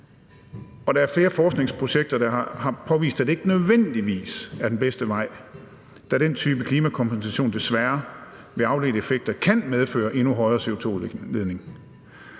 og der er flere forskningsprojekter, der har påvist, at det ikke nødvendigvis er den bedste vej, da den type klimakompensation desværre ved afledte effekter kan medføre en endnu højere CO2-udledning.